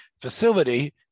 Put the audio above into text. facility